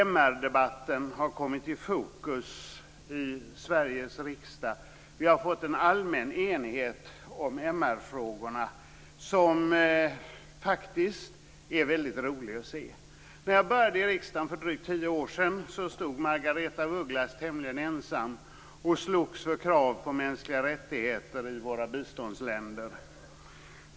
MR-debatten har kommit i fokus i Sveriges riksdag. Vi har fått en allmän enighet om MR-frågorna som är väldigt rolig att se. När jag för drygt tio år sedan kom in i riksdagen stod Margaretha af Ugglas tämligen ensam och slogs för krav på mänskliga rättigheter i våra biståndsländer.